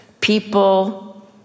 People